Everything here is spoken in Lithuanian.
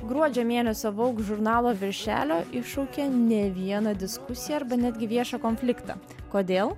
gruodžio mėnesio vogue žurnalo viršelio iššaukė ne vieną diskusiją arba netgi viešą konfliktą kodėl